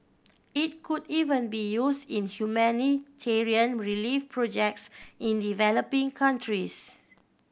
it could even be use in humanitarian relief projects in developing countries